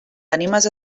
ànimes